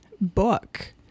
book